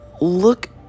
Look